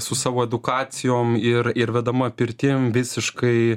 su savo edukacijom ir ir vedama pirtim visiškai